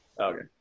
Okay